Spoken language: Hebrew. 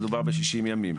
מדובר ב-60 ימים.